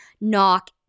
Knock